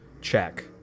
check